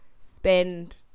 spend